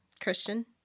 Christian